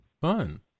Fun